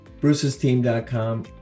brucesteam.com